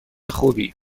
خوبی